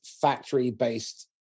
factory-based